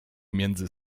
między